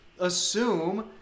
assume